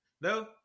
No